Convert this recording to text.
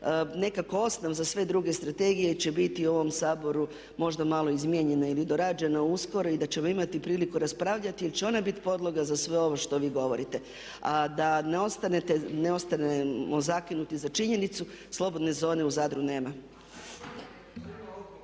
nekako osnov za sve druge strategije će biti u ovom Saboru možda malo izmijenjena ili dorađena uskoro i da ćemo imati priliku raspravljati jer će ona biti podloga za sve ovo što vi govorite. A da ne ostanemo zakinuti za činjenicu slobodne zone u Zadru nema.